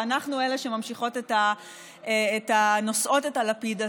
ואנחנו אלה שממשיכות ונושאות את הלפיד הזה,